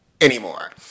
anymore